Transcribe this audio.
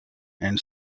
and